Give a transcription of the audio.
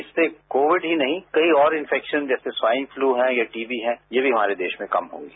इससे कोविड ही नहीं और इंफेक्शन जैसे स्वाइन फ्लू हैं या टीबी हैं ये भी हमारे देश में कम होंगे